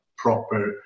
proper